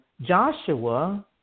Joshua